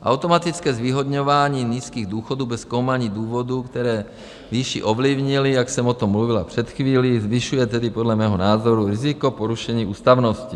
Automatické zvýhodňování nízkých důchodů bez zkoumání důvodů, které výši ovlivnily, jak jsem o tom mluvila před chvílí, zvyšuje tedy podle mého názoru riziko porušení ústavnosti.